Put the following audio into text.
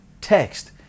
text